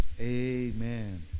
Amen